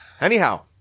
Anyhow